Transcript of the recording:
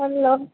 hello